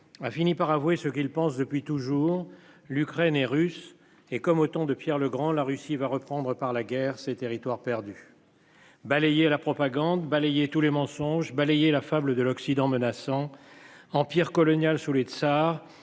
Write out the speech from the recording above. a fini par avouer ce qu'il pense depuis toujours. L'Ukraine et russe et comme autant de Pierre le Grand. La Russie va reprendre par la guerre ces territoires perdus. Balayé la propagande balayer tous les mensonges balayer la fable de l'Occident menaçant. Empire colonial sous les tsars.